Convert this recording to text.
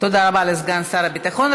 תודה רבה לסגן שר הביטחון.